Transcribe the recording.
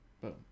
Boom